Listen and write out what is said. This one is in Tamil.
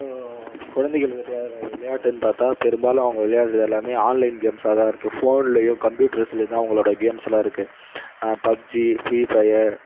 இப்போ குழந்தைகள் விளையாடுற விளையாட்டுன்னு பார்த்தா பெரும்பாலும் அவங்க விளையாடுறது எல்லாமே ஆன்லைன் கேம்ஸாக தான் இருக்கு ஃபோன்லையோ கம்ப்யூட்டர்ஸ்லையும் தான் அவங்களோட கேம்ஸ் எல்லாம் இருக்கு பப்ஜி ஃப்ரீஃபயர்